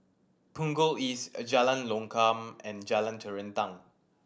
Punggol East Jalan Lokam and Jalan Terentang